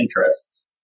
interests